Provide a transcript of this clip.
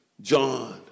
John